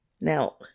Now